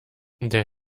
der